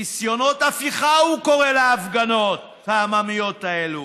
ניסיונות הפיכה, הוא קורא להפגנות העממיות האלה,